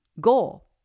goal